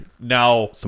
now